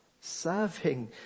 serving